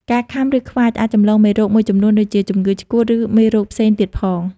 ការខាំ ឬខ្វាចអាចចម្លងមេរោគមួយចំនួនដូចជា ជំងឺឆ្កួត ឬមេរោគផ្សេងទៀតផង។